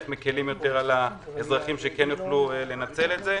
איך מקלים יותר על האזרחים שיוכלו לנצל את זה.